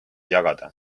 jagada